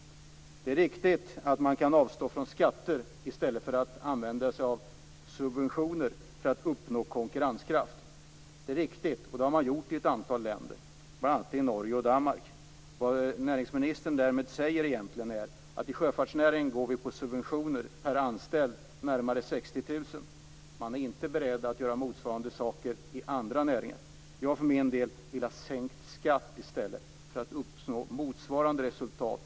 Det är riktigt att man kan avstå från skatter i stället för att använda sig av subventioner för att uppnå konkurrenskraft, och det har man gjort i ett antal länder, bl.a. i Norge och Danmark. Vad näringsministern egentligen säger är att vi i sjöfartsnäringen skall ha subventioner på närmare 60 000 per anställd. Man är inte beredd att göra motsvarande saker i andra näringar. Jag för min del vill i stället ha sänkt skatt för att uppnå motsvarande resultat.